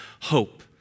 hope